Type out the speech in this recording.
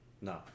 No